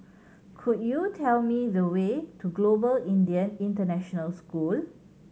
could you tell me the way to Global Indian International School